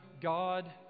God